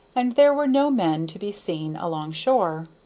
and there were no men to be seen along-shore.